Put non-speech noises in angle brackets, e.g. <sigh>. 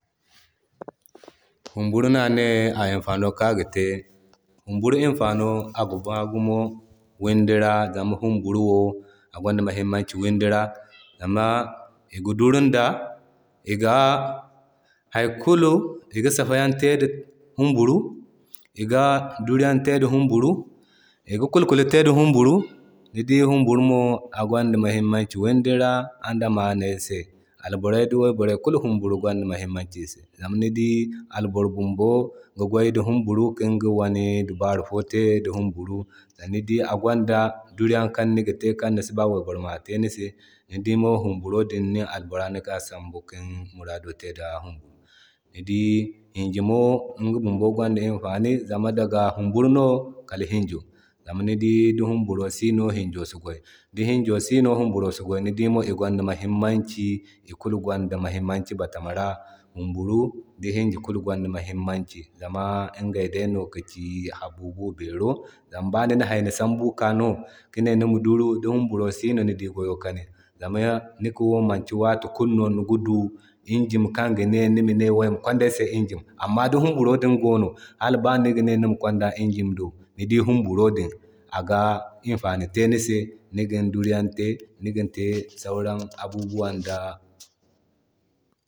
<noise> Humburu no ane a imfano kan aga te. Humburu imfano aga baa gumo windi ra zama humburu wo agwanda muhimmanci windi ra zama iga durun da iga haykulu iga safayan te da humburu iga duruyan te da humburu iga kwalkwati te da humburu. Ni dii humburu mo agwanda muhimmanci windi ra andamanize se. Alboray da way borey kulu humburu gwanda muhimmanci ise zama ni di albora bumbo gi gway da humburu ki iŋga wane dabari fo te di humburu. Zama ni dii agwanda duriyaŋ fo kan aga te kan asiba waybora ma te nise ni dii mo humburu din no albora niga sambu kin murado te da humburu. Ni dii hinjin mo iga bumbo gwanda imfani zama daga humburu kal hinjo. Zama ni di humburu sino hinjo si gway, ni hinjo sino humburu si gway ni dii mo igwanda muhimmanci ikulu gwanda muhimmanci batama ra. Humburu da hinji kulu gwanda muhimmanci zama iŋgay day no ka ci abubuwa beero zama nina hayni sambu ki ne Nima duru di humburu sino ni di gwayo kani. Zama nika wo manki watu kulu no niga du injim kan niga ne ima kwanda nise injim. Amma di humburu din gono hala ba niga ne Nima kwanda injima ni dii humburo din aga imfani te ni se nigin duruyan te niga te sauran abubuwan da. <noise>